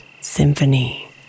symphony